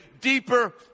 deeper